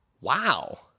Wow